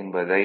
என்பதை